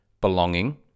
belonging